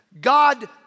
God